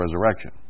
resurrection